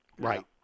Right